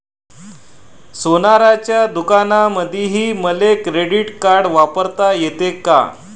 सोनाराच्या दुकानामंधीही मले क्रेडिट कार्ड वापरता येते का?